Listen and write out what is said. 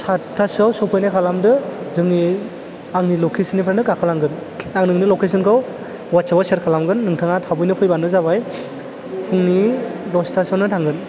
चात्तासोआव सौफैनाय खालामदो जोंनि आंनि लकेशननिफ्रायनो गाखोलांगोन आं नोंनो लकेशनखौ वाथ्च एपाव शेर खालामगोन नोंथाङा थाबैनो फैबानो जाबाय फुंनि दस्तासोआवनो थांगोन